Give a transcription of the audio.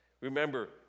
Remember